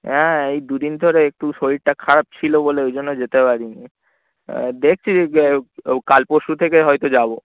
হ্যাঁ এই দুদিন ধরে একটু শরীরটা খারাপ ছিল বলে ওই জন্য যেতে পারিনি দেখছি কাল পরশু থেকে হয়তো যাব